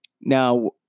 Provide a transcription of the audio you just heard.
Now